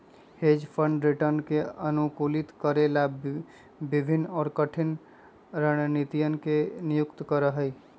hedge fund return के अनुकूलित करे ला विभिन्न और कठिन रणनीतियन के नियुक्त करा हई